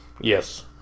Yes